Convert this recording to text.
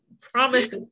promise